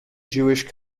jewish